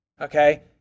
Okay